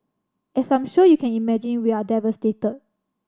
as I'm sure you can imagine we are devastated